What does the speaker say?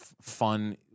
fun